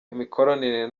imikoranire